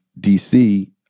DC